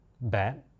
bad